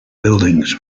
buildings